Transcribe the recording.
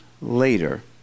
later